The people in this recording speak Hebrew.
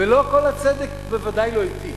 ולא כל הצדק בוודאי לא אתי,